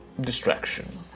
distraction